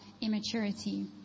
immaturity